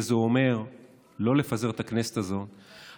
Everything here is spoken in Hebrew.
וזה אומר לא לפזר את הכנסת הזאת,